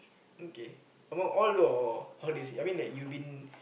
okay among all the holiday I mean that you've been